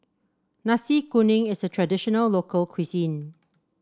Nasi Kuning is a traditional local cuisine